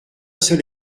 seul